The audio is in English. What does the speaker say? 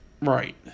Right